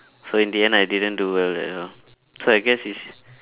so in the end I didn't do well at all so I guess is